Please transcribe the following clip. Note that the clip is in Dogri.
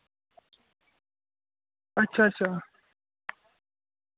अच्छा अच्छा